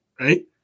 right